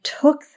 took